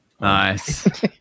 Nice